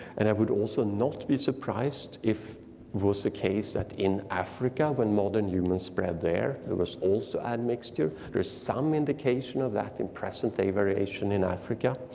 and i would also not be surprised if it was the case that in africa when modern humans spread there there was also admixture. there is some indication of that in present day variation in africa.